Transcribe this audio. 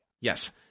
Yes